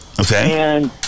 Okay